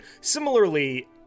Similarly